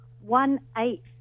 one-eighth